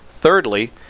Thirdly